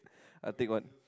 I'll take one